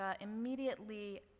immediately